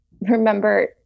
remember